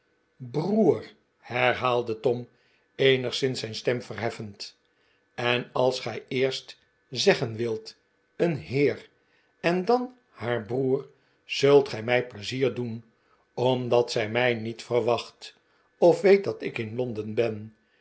broer herhaalde tom eenigszins zijn stem verheffend en als gij eerst zeggen wilt een heer en dan haar broer zult gij mij pleizier doen omdat zij mij niet verwacht of weet dat ik in londen ben